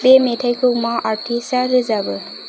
बे मेथायखौ मा आर्टिस्टा रोजाबो